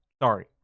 sorry